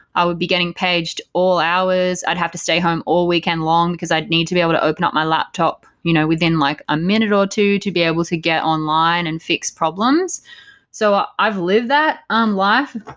i would be getting paged all hours. i'd have to stay home all weekend long, because i'd need to be able to open up my laptop you know within like a minute or two to be able to get online and fix problems so i've lived that um life,